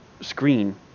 screen